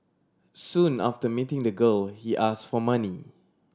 soon after meeting the girl he ask for money